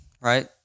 right